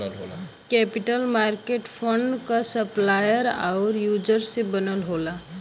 capital market fund क supplier आउर user से बनल होला